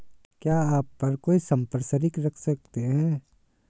क्या आप कोई संपार्श्विक रख सकते हैं?